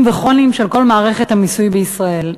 וכרוניים של כל מערכת המיסוי בישראל.